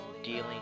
Dealing